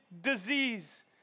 disease